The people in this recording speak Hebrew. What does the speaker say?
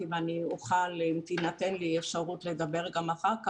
אם תינתן לי אפשרות לדבר גם אחר כך.